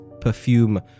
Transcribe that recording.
perfume